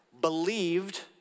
believed